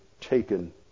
taken